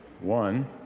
one